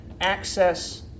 access